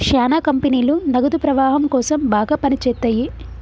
శ్యానా కంపెనీలు నగదు ప్రవాహం కోసం బాగా పని చేత్తయ్యి